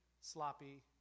sloppy